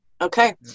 okay